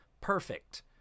perfect